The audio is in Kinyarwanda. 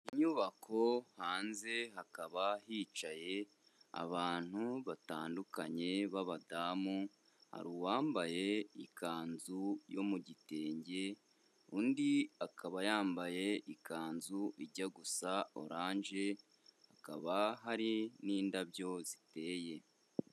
Inyubako hanze hakaba hicaye abantu batandukanye b'abadamu, hari uwambaye ikanzu yo mu gitenge, undi akaba yambaye ikanzu ijya gusa oranje, hakaba hari n'indabyo ziteye.